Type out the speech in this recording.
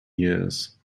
years